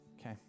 Okay